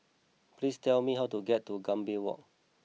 please tell me how to get to Gambir Walk